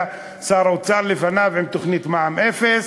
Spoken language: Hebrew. היה שר האוצר לפניו עם תוכנית מע"מ אפס,